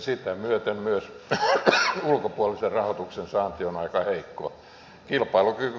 sitä myöten myös ulkopuolisen rahoituksen saanti on aika heikkoa